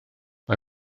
mae